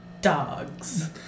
dogs